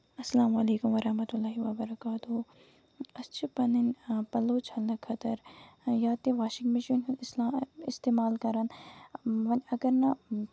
السلام علیکم ورحمۃ اللہ وبرکاتہ أسۍ چھِ پَنٕنۍ پَلو چھلنہٕ خٲطرٕ یا تہِ واشِنگ مِشیٖن ہُند اسلا اِستعمال کران وۄنۍ اَگر نہٕ